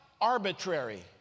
arbitrary